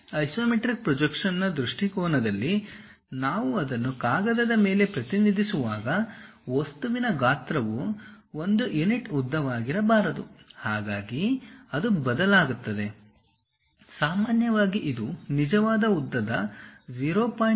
isometric ಪ್ರೊಜೆಕ್ಷನ್ನ ದೃಷ್ಟಿಕೋನದಲ್ಲಿ ನಾವು ಅದನ್ನು ಕಾಗದದ ಮೇಲೆ ಪ್ರತಿನಿಧಿಸುವಾಗ ವಸ್ತುವಿನ ಗಾತ್ರವು ಒಂದು ಯುನಿಟ್ ಉದ್ದವಾಗಿರಬಾರದು ಹಾಗಾಗಿ ಅದು ಬದಲಾಗುತ್ತದೆ ಸಾಮಾನ್ಯವಾಗಿ ಇದು ನಿಜವಾದ ಉದ್ದದ 0